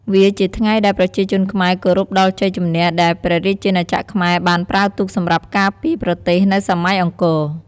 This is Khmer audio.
វាជាថ្ងៃដែលប្រជាជនខ្មែរគោរពដល់ជ័យជំនះដែលព្រះរាជាណាចក្រខ្មែរបានប្រើទូកសម្រាប់ការពារ ប្រទេសនៅសម័យអង្គរ។